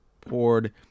poured